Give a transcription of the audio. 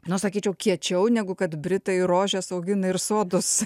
na sakyčiau kiečiau negu kad britai rožes augina ir sodus